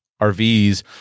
RVs